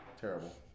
Terrible